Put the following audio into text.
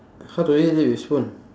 how to eat it with spoon